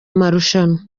marushanwa